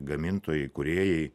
gamintojai kūrėjai